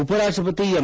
ಉಪರಾಷ್ಟ್ರಪತಿ ಎಂ